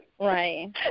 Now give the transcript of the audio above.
right